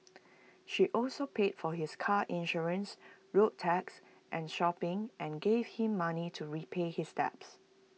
she also paid for his car insurance road tax and shopping and gave him money to repay his debts